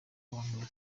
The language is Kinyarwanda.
konka